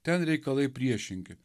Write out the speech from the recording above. ten reikalai priešingi